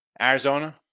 Arizona